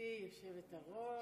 גבירתי היושבת-ראש,